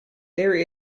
there